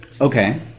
Okay